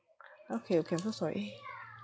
okay okay I'm so sorry eh